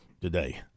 today